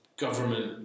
government